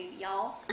y'all